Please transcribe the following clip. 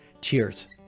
Cheers